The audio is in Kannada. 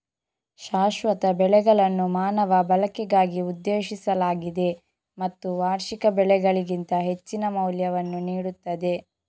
ಶಾಶ್ವತ ಬೆಳೆಗಳನ್ನು ಮಾನವ ಬಳಕೆಗಾಗಿ ಉದ್ದೇಶಿಸಲಾಗಿದೆ ಮತ್ತು ವಾರ್ಷಿಕ ಬೆಳೆಗಳಿಗಿಂತ ಹೆಚ್ಚಿನ ಮೌಲ್ಯವನ್ನು ನೀಡುತ್ತದೆ